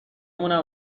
مونم